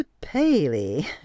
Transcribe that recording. Paley